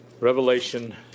Revelation